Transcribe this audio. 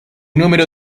número